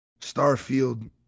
Starfield